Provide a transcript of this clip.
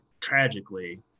tragically